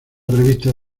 revistas